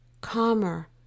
calmer